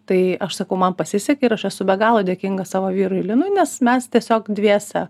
tai aš sakau man pasisekė ir aš esu be galo dėkinga savo vyrui linui nes mes tiesiog dviese